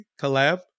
collab